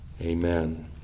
Amen